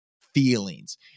feelings